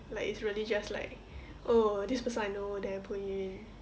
like it's really just like oh this person I know then I put in